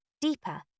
deeper